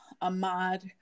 Ahmad